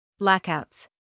Blackouts